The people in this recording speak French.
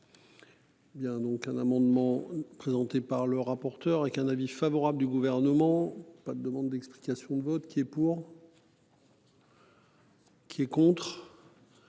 Bien, donc un amendement présenté par le rapporteur et qu'un avis favorable du gouvernement, pas de demande d'explications de vote, qui est pour. Qui est contre.